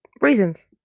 reasons